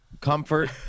comfort